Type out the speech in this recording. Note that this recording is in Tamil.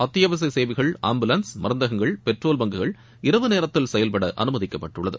அத்தியாவசிய சேவைகள் ஆம்புலன்ஸ் மருந்தகங்கள் பெட்ரோல் பங்குகள் இரவு நேரத்தில் செயல்பட அனுமதிக்கப்பட்டுள்ளது